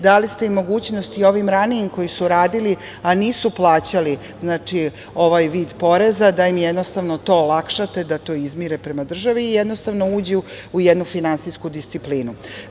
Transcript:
Dali ste im mogućnost i ovim ranijim koji su radili, a nisu plaćali ovaj vid poreza, da im jednostavno to olakšate, da to izmire prema države i jednostavno uđu u jednu finansijsku disciplinu.